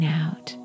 out